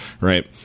Right